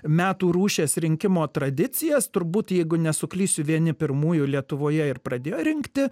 metų rūšies rinkimo tradicijas turbūt jeigu nesuklysiu vieni pirmųjų lietuvoje ir pradėjo rinkti